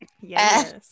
yes